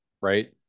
right